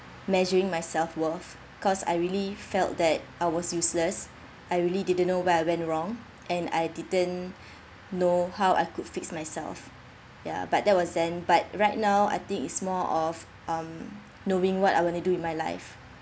measuring my self-worth cause I really felt that I was useless I really didn't know where I went wrong and I didn't know how I could fix myself ya but that wasn't then but right now I think it's more of um knowing what I want to do in my life